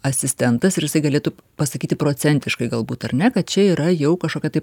asistentas ir jisai galėtų pasakyti procentiškai galbūt ar ne kad čia yra jau kažkokia tai